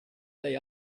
they